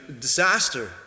disaster